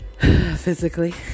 physically